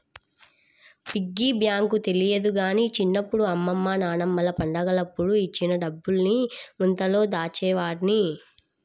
piggy bank తెలియదు గానీ చిన్నప్పుడు అమ్మమ్మ నాన్నమ్మలు పండగలప్పుడు ఇచ్చిన డబ్బుల్ని ముంతలో దాచేవాడ్ని